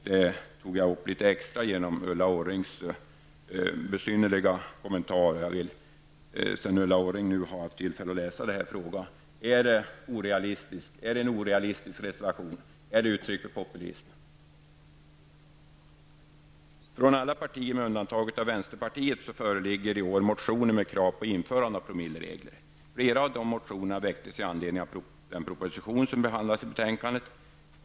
Det tog jag upp litet extra på grund av Ulla Orrings besynnerliga kommentar. Sedan Ulla Orring nu har haft tillfälle att läsa reservationen vill jag fråga: Är det en orealistisk reservation? Är den uttryck för populism? Från alla partier med undantag av vänsterpartiet föreligger i år motioner med krav på införande av promilleregler. Flera av de motionerna väcktes med anledning av den proposition som behandlas i betänkandet.